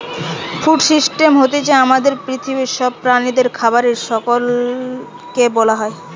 food system হতিছে আমাদের পৃথিবীর সব প্রাণীদের খাবারের সাইকেল কে বোলা হয়